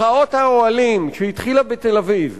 מחאת האוהלים שהתחילה בתל-אביב,